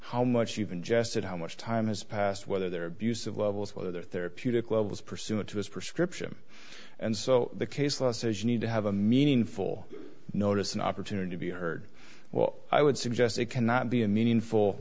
how much you've ingested how much time has passed whether their abusive levels whether their therapeutic levels pursuant to his prescription and so the case law says you need to have a meaningful notice an opportunity to be heard well i would suggest it cannot be a meaningful